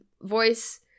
voice